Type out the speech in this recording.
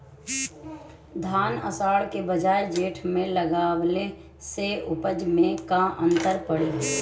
धान आषाढ़ के बजाय जेठ में लगावले से उपज में का अन्तर पड़ी?